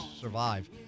survive